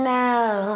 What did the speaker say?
now